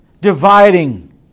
dividing